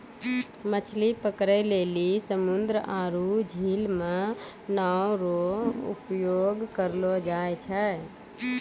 मछली पकड़ै लेली समुन्द्र आरु झील मे नांव रो उपयोग करलो जाय छै